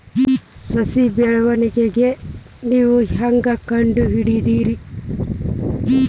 ಸಸಿ ಬೆಳವಣಿಗೆ ನೇವು ಹ್ಯಾಂಗ ಕಂಡುಹಿಡಿಯೋದರಿ?